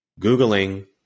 Googling